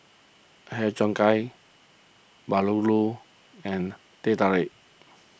Har Cheong Gai Bahulu and Teh Tarik